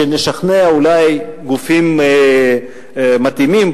ונשכנע אולי גופים מתאימים,